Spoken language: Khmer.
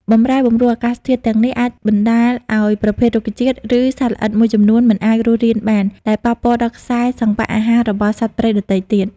បម្រែបម្រួលអាកាសធាតុទាំងនេះ អាចបណ្ដាលឱ្យប្រភេទរុក្ខជាតិ ឬសត្វល្អិតមួយចំនួនមិនអាចរស់រានបាន ដែលប៉ះពាល់ដល់ខ្សែសង្វាក់អាហាររបស់សត្វព្រៃដទៃទៀត។